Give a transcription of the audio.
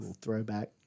Throwback